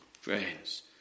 friends